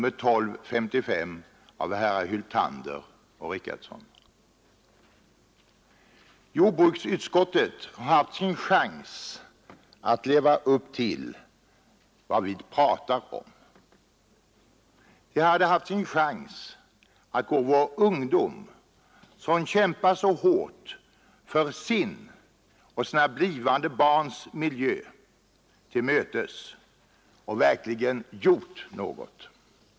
Jordbruksutskottet har haft sin chans att leva upp till vad vi pratar om. Det hade sin chans att gå vår ungdom, som kämpar så hårt för sin och sina blivande barns miljö, till mötes och verkligen göra något.